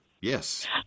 Yes